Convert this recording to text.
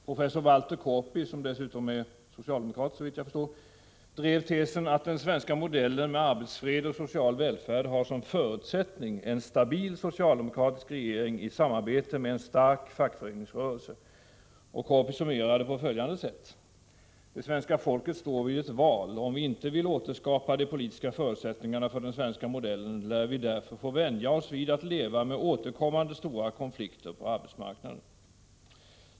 Professor Walter Korpi, som såvitt jag förstår är socialdemokrat, drev tesen att den svenska modellen med arbetsfred och social välfärd har som förutsättning en stabil socialdemokratisk regering i samarbete med en stark fackföreningsrörelse. Korpi summerade sitt resonemang på följande sätt: Det svenska folket står vid ett val. Om vi inte vill återskapa de politiska förutsättningarna för den svenska modellen lär vi därför få vänja oss vid att leva med återkommande stora konflikter på arbetsmarknaden.